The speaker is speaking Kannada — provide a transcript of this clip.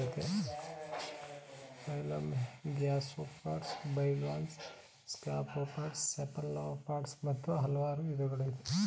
phylum gastropods bivalves scaphopods cephalopods ಮತ್ತು ಹಲ್ವಾರ್ ವಿದಗಳಯ್ತೆ